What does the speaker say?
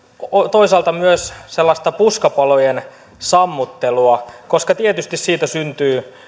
toisaalta myös sellaista puskapalojen sammuttelua koska tietysti siitä syntyy